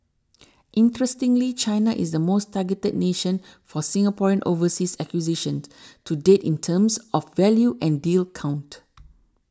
interestingly China is the most targeted nation for Singaporean overseas acquisitions to date in terms of value and deal count